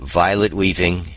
violet-weaving